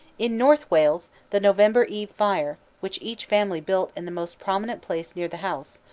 in north wales the november eve fire, which each family built in the most prominent place near the house,